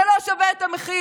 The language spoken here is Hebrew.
זה לא שווה את המחיר.